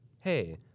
Hey